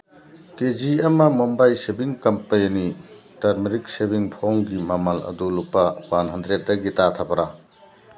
ꯀꯦ G ꯑꯃ Mumbai saving company turmeric saving ꯐꯣꯝꯒꯤ ꯃꯃꯜ ꯑꯗꯨ ꯂꯨꯄꯥ ꯋꯥꯟ ꯍꯟꯗ꯭ꯔꯦꯗꯇꯒꯤ ꯇꯥꯊꯕ꯭ꯔꯥ